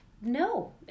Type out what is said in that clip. No